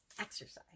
exercise